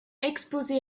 exposés